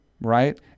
right